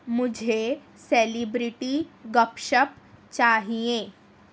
مجھے سلیبریٹی گپ شپ چاہیئے